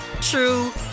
true